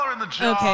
Okay